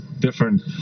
different